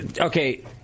Okay